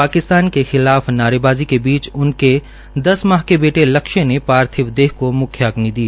पाकिस्तान के खिलाफ नारेबाज़ी की बीच उनके दस माह के बेटे ने पार्थिव देह को मुख्यागनि दी